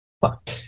Fuck